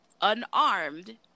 unarmed